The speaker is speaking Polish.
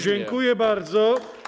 Dziękuję bardzo.